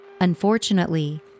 Unfortunately